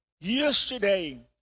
yesterday